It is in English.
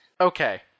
Okay